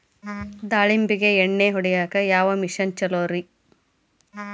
ದಾಳಿಂಬಿಗೆ ಎಣ್ಣಿ ಹೊಡಿಯಾಕ ಯಾವ ಮಿಷನ್ ಛಲೋರಿ?